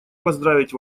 поздравить